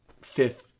fifth